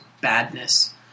badness